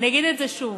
אני אגיד את זה שוב,